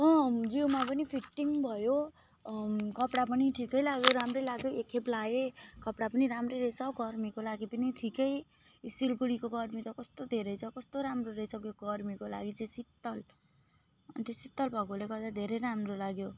अँ जिउमा पनि फिटिङ भयो कपडा पनि ठिकै लाग्यो राम्रै लाग्यो एकखेप लगाए कपडा पनि राम्रै रहेछ गर्मीको लागि पनि ठिकै सिलगडीको गर्मी अहिले कस्तो धेरै छ कस्तो राम्रो रहेछ गर्मीको लागि चाहिँ शीतल अन्त शीतल भएकोले गर्दा धेरै राम्रो लाग्यो